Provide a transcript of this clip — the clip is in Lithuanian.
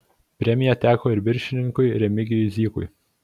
premija teko ir viršininkui remigijui zykui